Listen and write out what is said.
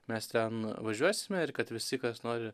mes ten važiuosime ir kad visi kas nori